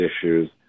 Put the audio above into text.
issues